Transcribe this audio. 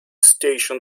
station